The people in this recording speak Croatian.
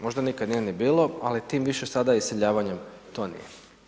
Možda nikada nije ni bilo ali time više sada iseljavanjem to nije.